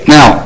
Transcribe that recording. Now